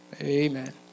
Amen